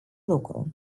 lucru